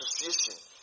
association